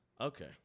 Okay